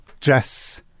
dress